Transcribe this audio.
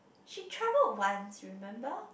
she travelled once remember